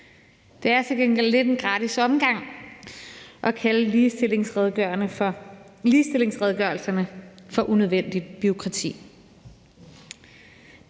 Det er til gengæld lidt en gratis omgang at kalde ligestillingsredegørelserne for unødvendigt bureaukrati.